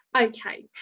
Okay